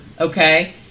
okay